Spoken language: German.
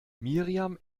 miriam